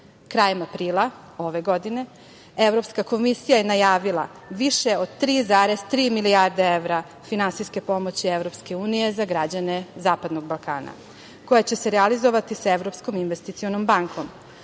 virusa. Krajem aprila ove godine Evropska komisija je najavila više od 3,3 milijarde evra finansijske pomoći EU za građane zapadnog Balkana, koja će se realizovati sa Evropskom investicionom bankom.